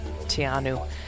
Tianu